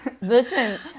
Listen